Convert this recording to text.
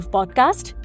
Podcast